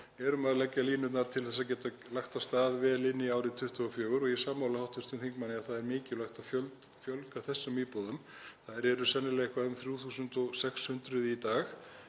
erum að leggja línurnar til þess að geta lagt af stað vel inn í árið 2024. Ég er sammála hv. þingmanni að það er mikilvægt að fjölga þessum íbúðum, þær eru sennilega eitthvað um 3.600 í dag